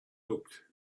looked